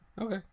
okay